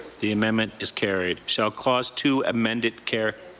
the amendment is carried. shall clause two amended carry?